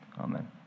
Amen